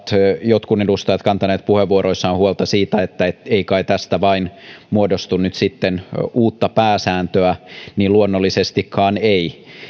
jotkut edustajat ovat kantaneet puheenvuoroissaan huolta siitä että ei kai tästä vain muodostu nyt sitten uutta pääsääntöä niin luonnollisestikaan ei